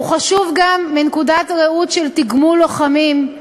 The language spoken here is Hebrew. הוא חשוב גם מנקודת הראות של תגמול לוחמים.